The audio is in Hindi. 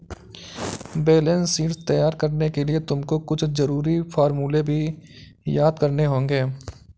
बैलेंस शीट तैयार करने के लिए तुमको कुछ जरूरी फॉर्मूले भी याद करने होंगे